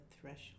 threshold